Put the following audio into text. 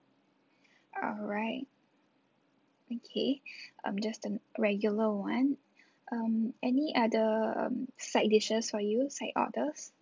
alright okay um just the regular one um any other side dishes for you side orders